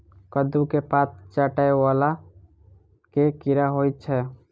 कद्दू केँ पात चाटय वला केँ कीड़ा होइ छै?